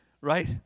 Right